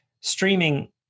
streaming